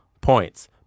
Points